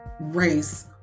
race